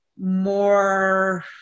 more